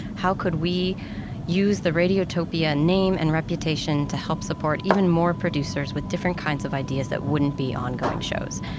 how could we use the radiotopia name and reputation to help support even more producers with different kinds of ideas that wouldn't be ongoing shows?